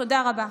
תודה רבה.